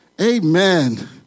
Amen